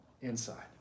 Inside